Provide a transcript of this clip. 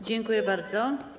Dziękuję bardzo.